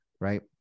Right